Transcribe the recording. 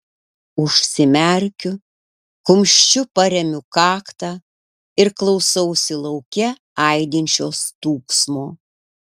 užsimerkiu kumščiu paremiu kaktą ir klausausi lauke aidinčio stūgsmo